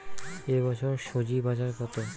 এ বছর স্বজি বাজার কত?